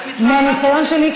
מהניסיון שלי,